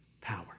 power